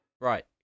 Right